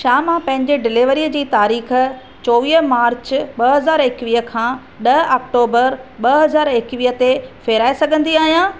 छा मां पंहिंजी डिलीवरीअ जी तारीख़ चोवीह मार्च ॿ हज़ार एकवीह खां ॾह अक्टूबर ॿ हज़ार एकवीह ते फेराए सघंदी आहियां